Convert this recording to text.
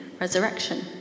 resurrection